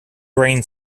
grain